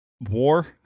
War